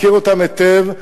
מכיר אותם היטב,